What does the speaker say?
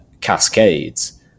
cascades